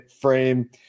frame